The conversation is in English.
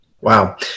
Wow